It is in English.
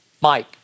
Mike